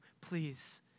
please